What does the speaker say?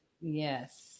Yes